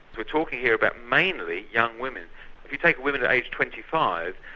we're talking here about mainly young women. if you take women to age twenty five,